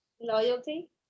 Loyalty